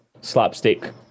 slapstick